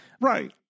right